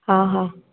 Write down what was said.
हा हा